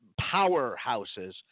powerhouses